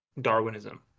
Darwinism